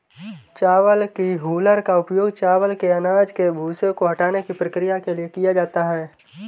चावल की हूलर का उपयोग चावल के अनाज के भूसे को हटाने की प्रक्रिया के लिए किया जाता है